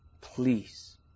please